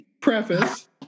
preface